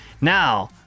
Now